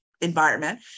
environment